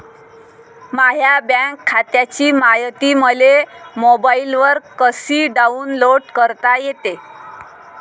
माह्या बँक खात्याची मायती मले मोबाईलवर कसी डाऊनलोड करता येते?